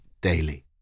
Daily